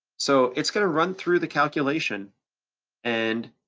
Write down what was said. so it's gonna run through the calculation and